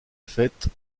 fait